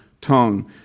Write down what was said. tongue